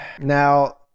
Now